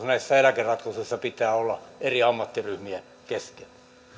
näissä eläkeratkaisuissa pitää olla joku johdonmukaisuus ja samansuuntaisuus eri ammattiryhmien kesken